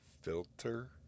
Filter